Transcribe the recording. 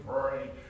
pray